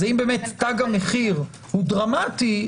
אם תג המחיר הוא דרמטי,